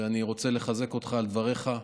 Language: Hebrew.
ואני רוצה לחזק אותך על דבריך,